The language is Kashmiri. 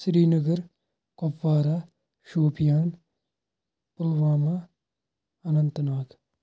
سرینَگَر کۄپوارہ شوپِیان پُلوامہ اَننت ناگ